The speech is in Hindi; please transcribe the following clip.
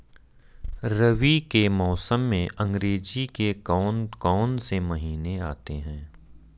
रबी के मौसम में अंग्रेज़ी के कौन कौनसे महीने आते हैं?